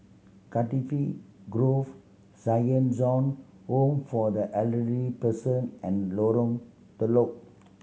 Cardifi Grove Saint John Home for the Elderly Person and Lorong Telok